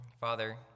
Father